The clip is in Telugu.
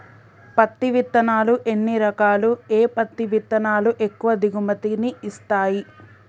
పత్తి విత్తనాలు ఎన్ని రకాలు, ఏ పత్తి విత్తనాలు ఎక్కువ దిగుమతి ని ఇస్తాయి?